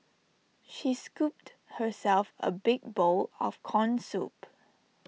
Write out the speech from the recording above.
she scooped herself A big bowl of Corn Soup